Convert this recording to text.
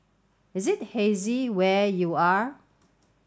is it hazy where you are